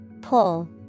Pull